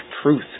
Truth